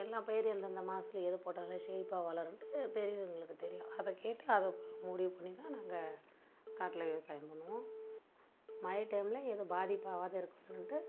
எல்லா பயிரும் எந்த எந்த மாதத்துக்கு எது போட்டால் செழிப்பாக வளருன்ட்டு பெரியவங்களுக்கு தெரியும் அதைக் கேட்டு அதை முடிவுப் பண்ணி தான் நாங்கள் காட்டில் விவசாயம் பண்ணுவோம் மழை டைம்ல எதுவும் பாதிப்பு ஆகாத இருக்கணுன்னுட்டு